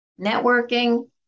Networking